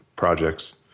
Projects